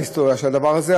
ההיסטוריה של הדבר הזה,